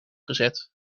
gezet